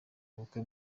ubukwe